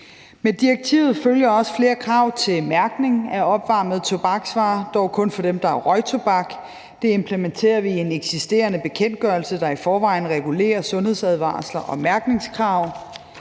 Med direktivet følger også flere krav til mærkning af opvarmede tobaksvarer, dog kun for dem, der er røgtobak. Det implementerer vi i en eksisterende bekendtgørelse, der i forvejen regulerer sundhedsadvarsler og mærkningskrav.